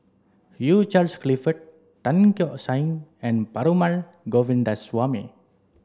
Hugh Charles Clifford Tan Keong Saik and Perumal Govindaswamy